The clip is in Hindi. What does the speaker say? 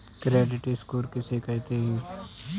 क्रेडिट स्कोर किसे कहते हैं?